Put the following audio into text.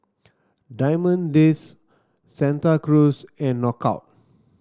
Diamond Days Santa Cruz and Knockout